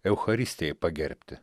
eucharistijai pagerbti